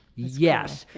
yes.